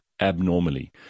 abnormally